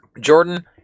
Jordan